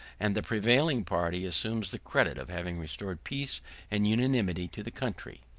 and the prevailing party assumes the credit of having restored peace and unanimity to the country.